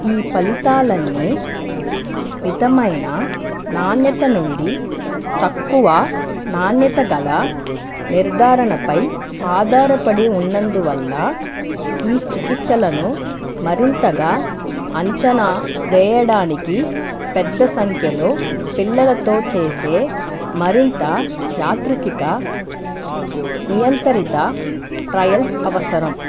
ఈ ఫలితాలన్నీ వితమైన నాణ్యత నుండి తక్కువ నాణ్యత గల నిర్ధారణపై ఆధారపడి ఉన్నందువల్ల ఈ చికిత్సలను మరింతగా అంచనా వేయడానికి పెద్ద సంఖ్యలో పిల్లలతో చేసే మరింత యాత్రికిక నియంతరిత ట్రయల్స్ అవసరం